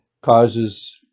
causes